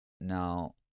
Now